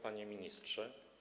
Panie Ministrze!